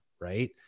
Right